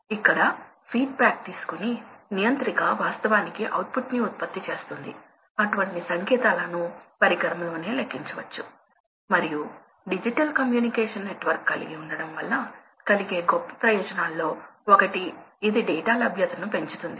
కాబట్టి ఫ్యాన్ వాస్తవానికి దాని వద్ద ఒక ప్రెషర్ ని అభివృద్ధి చేస్తుంది మరియు నిర్దిష్ట ప్రవాహాన్ని కూడా అభివృద్ధి చేస్తుంది మరియు ఫ్యాన్ ఒక నిర్దిష్ట వేగంతో తిప్పబడినప్పుడు ఇది అభివృద్ధి చెందుతుంది